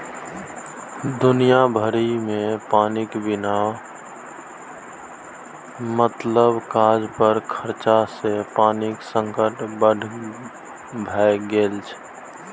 दुनिया भरिमे पानिक बिना मतलब काज पर खरचा सँ पानिक संकट ठाढ़ भए गेल छै